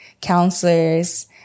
counselors